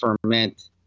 ferment